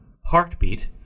heartbeat